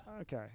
Okay